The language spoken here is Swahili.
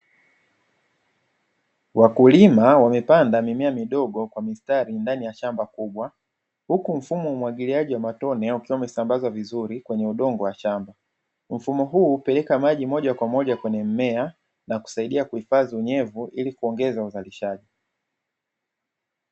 Wakulima wamepanda mimea midogo kwa mistari ndani ya shamba kubwa, huku mfumo wa umwagiliaji wa matone ukiwa umesambazwa vizuri kwenye udongo wa shamba. Mfumo huu hupeleka maji moja kwa moja kwenye mmea na kusaidia kuhifadhi unyevu ili kuongeza uzalishaji.